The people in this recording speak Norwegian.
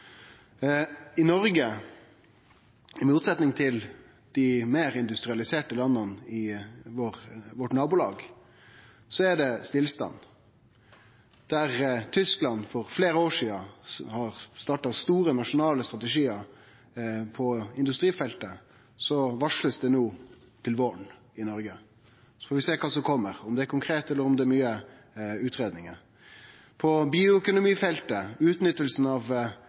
I Noreg – i motsetning til i dei meir industrialiserte landa i nabolaget vårt – er det stillstand. Der Tyskland har starta store nasjonale strategiar på industrifeltet for fleire år sidan, blir dette no varsla til våren i Noreg. Vi får sjå kva som kjem – om det er konkret eller om det er mykje utgreiing. På bioøkonomifeltet – i utnyttinga av